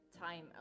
time